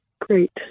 Great